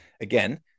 Again